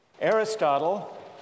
Aristotle